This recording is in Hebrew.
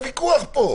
זה הוויכוח פה.